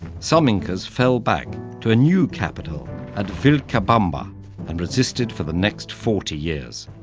some incas fell back to a new capital at vilcabamba and resisted for the next forty years.